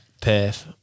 Perth